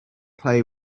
play